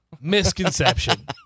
Misconception